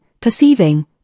perceiving